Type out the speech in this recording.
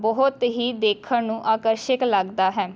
ਬਹੁਤ ਹੀ ਦੇਖਣ ਨੂੰ ਆਕਰਸ਼ਕ ਲੱਗਦਾ ਹੈ